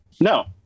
No